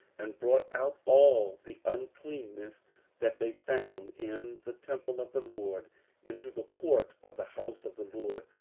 and brought out all the uncleanness that they found in the temple of the lord into the court of the house of the lord.